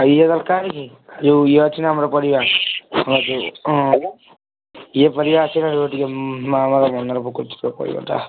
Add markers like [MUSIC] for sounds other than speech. ଆ ଇଏ ଦରକାର କି ଯେଉଁ ଇଏ ଅଛିନା ଆମର ପରିବା ହଁ ଯେଉଁ ହଁ ଇଏ ପରିବା ଅଛି ନା ରୁହ ଟିକିଏ [UNINTELLIGIBLE] ମନର ପକାଉଛି ସେ ପରିବାଟା